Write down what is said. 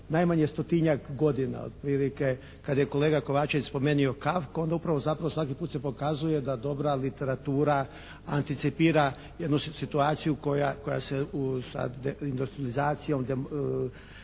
najmanje stotinjak godina, otprilike kad je kolega Kovačević spomenuo Kafku onda zapravo svaki put se pokazuje da dobra literatura anticipira jednu situaciju koja se sa industrijalizacijom svakako